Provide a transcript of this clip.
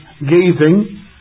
gazing